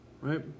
right